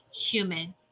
Human